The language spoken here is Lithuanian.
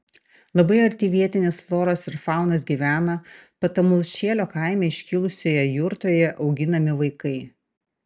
labai arti vietinės floros ir faunos gyvena patamulšėlio kaime iškilusioje jurtoje auginami vaikai